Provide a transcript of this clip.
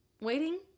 Waiting